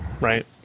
right